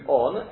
on